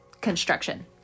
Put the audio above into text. construction